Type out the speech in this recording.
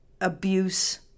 abuse